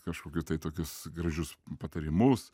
kažkokius tai tokius gražius patarimus